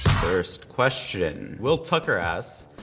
first question. will tucker asks,